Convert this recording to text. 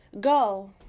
Go